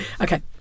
okay